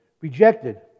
rejected